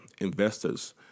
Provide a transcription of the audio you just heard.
investors